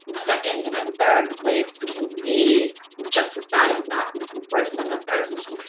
second and third waves can be just as bad if not worse than the first.